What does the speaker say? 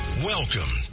Welcome